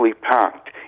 packed